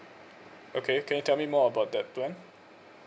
okay can you tell me more about the plan